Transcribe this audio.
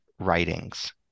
Writings